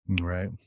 Right